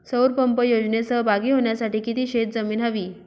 सौर पंप योजनेत सहभागी होण्यासाठी किती शेत जमीन हवी?